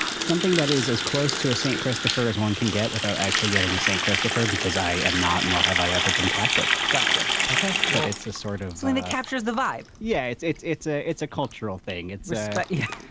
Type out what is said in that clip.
something that is as close to a saint christopher as one can get without actually getting a saint christopher? because i am not nor have i ever been catholic. gotcha. okay. but it's a sort of it captures the vibe. yeah, it's it's it's a it's a cultural thing. it's. but yeah,